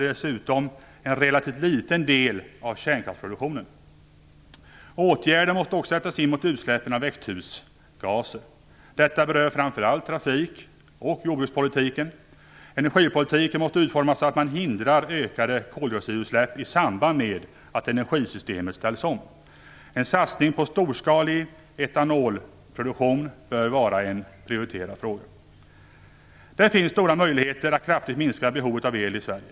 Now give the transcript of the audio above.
Dessutom utgör de en relativt liten del av kärnkraftsproduktionen. Åtgärder måste också sättas in mot utsläppen av växthusgaser. Detta berör framför allt trafik och jordbrukspolitiken. Energipolitiken måste utformas så, att man hindrar ökade koldioxidutsläpp i samband med att energisystemet ställs om. En satsning på storskalig etanolproduktion bör vara en prioriterad fråga. Det finns stora möjligheter att kraftigt minska behovet av el i Sverige.